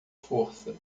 força